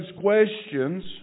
questions